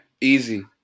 Easy